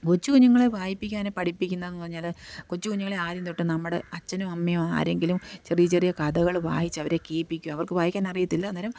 കൊച്ചു കുഞ്ഞുങ്ങളെ വായിപ്പിക്കാന് പഠിപ്പിക്കുന്നതെന്ന് പറഞ്ഞാല് കൊച്ചു കുഞ്ഞുങ്ങളെ ആദ്യംതൊട്ട് നമ്മുടെ അച്ഛനോ അമ്മയോ ആരെങ്കിലും ചെറിയ ചെറിയ കഥകള് വായിച്ചവരെ കേള്പ്പിക്കും അവർക്ക് വായിക്കാനറിയത്തില്ല അന്നേരം